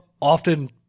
often